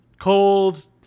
cold